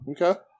Okay